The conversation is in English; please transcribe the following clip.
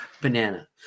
banana